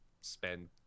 spend